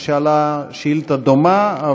ששאלה שאילתה דומה,